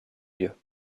lieu